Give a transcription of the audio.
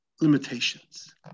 limitations